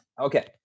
Okay